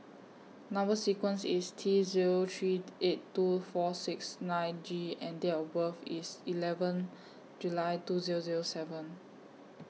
Number sequence IS T Zero three eight two four six nine G and Date of birth IS eleven July two Zero Zero seven